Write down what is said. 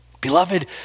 Beloved